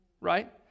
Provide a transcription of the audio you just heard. right